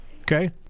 Okay